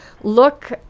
look